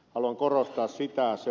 haluan korostaa sitä